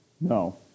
No